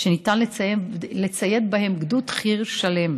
שניתן לצייד בהם גדוד חי"ר שלם.